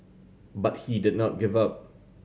but he did not give up